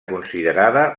considerada